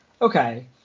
okay